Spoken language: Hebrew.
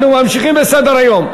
אנחנו ממשיכים בסדר-היום.